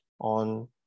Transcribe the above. on